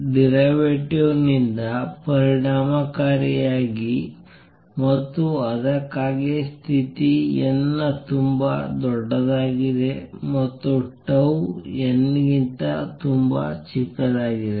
derivative ನಿಂದ ಪರಿಣಾಮಕಾರಿಯಾಗಿ ಮತ್ತು ಅದಕ್ಕಾಗಿ ಸ್ಥಿತಿ n ತುಂಬಾ ದೊಡ್ಡದಾಗಿದೆ ಮತ್ತು ಟೌ n ಗಿಂತ ತುಂಬಾ ಚಿಕ್ಕದಾಗಿದೆ